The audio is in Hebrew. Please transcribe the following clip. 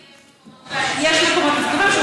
יש מקומות מפוקחים,